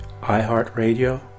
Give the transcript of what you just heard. iHeartRadio